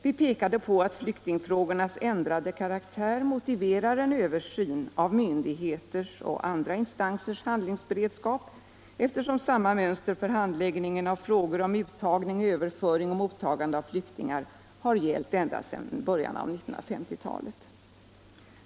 Vi pekade på att flyktingfrågornas ändrade karaktär motiverar en översyn av myndigheters och andra instansers handlingsberedskap, eftersom samma mönster för handläggningen av frågor om uttagning, överföring och mottagande av flyktingar har gällt ända sedan början av 1950-talet.